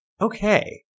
Okay